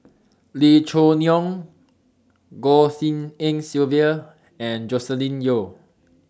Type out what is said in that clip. Lee Choo Neo Goh Tshin En Sylvia and Joscelin Yeo